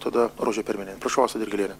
tada rožė perminienė prašau asta dirgėlienė